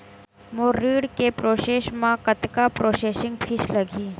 मोर ऋण के प्रोसेस म कतका प्रोसेसिंग फीस लगही?